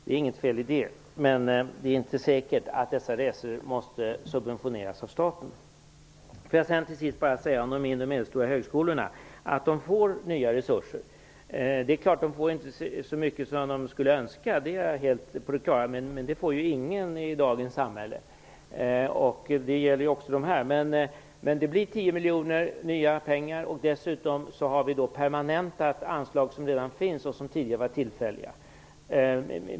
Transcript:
Det är inget fel i det, men det är inte säkert att dessa resor måste subventioneras av staten. Till sist vill jag säga att de mindre och medelstora högskolorna får nya resurser. De får inte så mycket som de skulle önska, det är jag helt på det klara med, men det får ingen i dagens samhälle. Men det blir 10 miljoner i nya pengar, och dessutom har vi permanentat anslag som redan finns och som tidigare var tillfälliga.